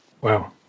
Wow